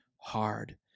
hard